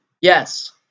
yes